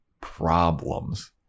problems